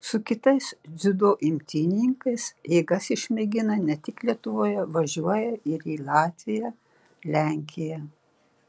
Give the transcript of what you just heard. su kitais dziudo imtynininkais jėgas išmėgina ne tik lietuvoje važiuoja ir į latviją lenkiją